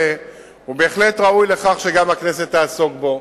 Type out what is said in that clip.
הוא בהחלט ראוי לכך שגם הכנסת תעסוק בו.